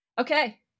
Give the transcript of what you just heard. Okay